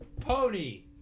Pony